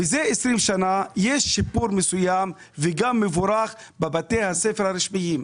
מזה 20 שנים יש שיפור מסוים וגם מבורך בבתי הספר הרשמיים.